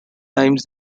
times